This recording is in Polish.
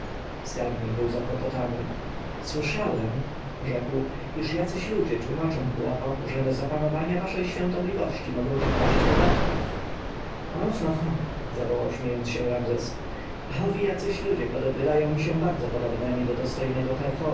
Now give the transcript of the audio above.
skarbnik był zakłopotany słyszałem rzekł iż jacyś ludzie tłomaczą chłopom że za panowania waszej świątobliwości mogą nie płacić podatków oho ho zawołał śmiejąc się ramzes owi jacyś ludzie wydają mi się bardzo podobnymi do dostojnego herhora